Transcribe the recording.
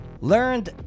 Learned